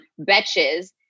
betches